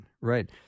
right